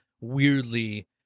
weirdly